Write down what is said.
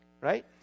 right